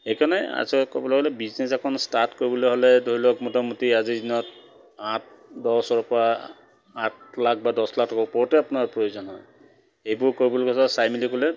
সেইকাৰণে আচলতে ক'বলৈ গ'লে বিজনেছ এখন ষ্টাৰ্ট কৰিবলৈ হ'লে ধৰি লওক মোটামুটি আজিৰ দিনত আঠ দহৰ পৰা আঠ লাখ বা দহ লাখৰ ওপৰতে আপোনাৰ প্ৰয়োজন হয় এইবোৰ কৰিবলৈ গ'লে চাই মেলি গ'লে